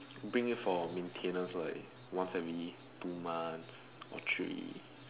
bring it for maintenance like once every two months or three